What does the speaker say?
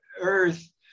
Earth